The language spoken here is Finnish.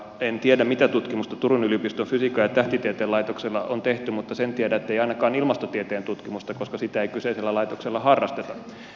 en tiedä mitä tutkimusta turun yliopiston fysiikan ja tähtitieteen laitoksella on tehty mutta sen tiedän ettei ainakaan ilmastotieteen tutkimusta koska sitä ei kyseisellä laitoksella harrasteta